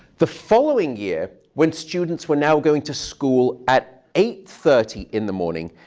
the following year when students were now going to school at eight thirty in the morning,